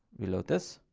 reload this.